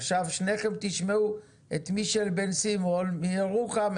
עכשיו שניכם תשמעו את מישל בן סימון מירוחם,